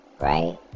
right